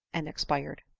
and expired.